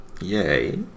Yay